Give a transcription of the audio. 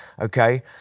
Okay